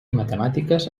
matemàtiques